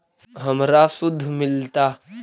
हमरा शुद्ध मिलता?